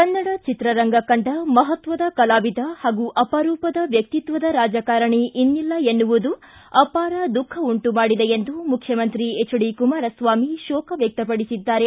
ಕನ್ನಡ ಚಿತ್ರರಂಗ ಕಂಡ ಮಹತ್ವದ ಕಲಾವಿದ ಹಾಗೂ ಅಪರೂಪದ ವ್ಯಕ್ತಿತ್ವದ ರಾಜಕಾರಣಿ ಇನ್ನಿಲ್ಲ ಎನ್ನುವುದು ಅಪಾರ ದುಃಖ ಉಂಟು ಮಾಡಿದೆ ಎಂದು ಮುಖ್ಡಮಂತ್ರಿ ಹೆಚ್ ಡಿ ಕುಮಾರಸ್ವಾಮಿ ಶೋಕ ವ್ಯಕ್ತಪಡಿಸಿದ್ದಾರೆ